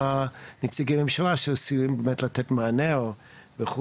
נציגי ממשלה שעשויים באמת לתת מענה וכו'.